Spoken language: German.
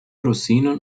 rosinen